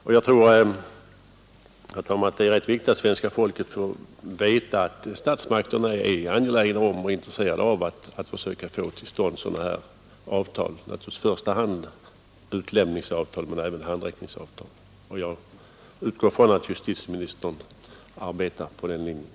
Det är viktigt att svenska folket får veta att statsmakterna är angelägna om att försöka få till stånd sådana avtal, naturligtvis i första hand utlämningsavtal men även handräckningsavtal. Jag utgår från att justitieministern arbetar enligt den linjen.